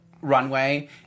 runway